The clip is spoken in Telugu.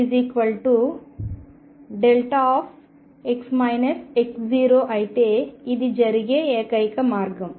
fxδ అయితే ఇది జరిగే ఏకైక మార్గం